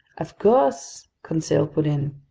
of course! conseil put in.